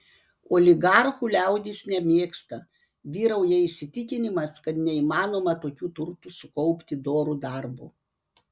oligarchų liaudis nemėgsta vyrauja įsitikinimas kad neįmanoma tokių turtų sukaupti doru darbu